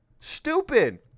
Stupid